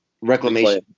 reclamation